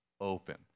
open